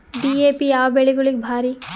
DAP ಯಾವ ಬೆಳಿಗೊಳಿಗ ಭಾರಿ?